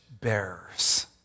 bearers